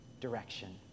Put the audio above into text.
direction